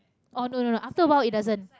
oh no no no after a while it doesn't